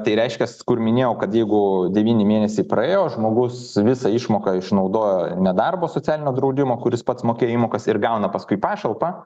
tai reiškias kur minėjau kad jeigu devyni mėnesiai praėjo žmogus visą išmoką išnaudojo nedarbo socialinio draudimo kuris pats mokėjo įmokas ir gauna paskui pašalpą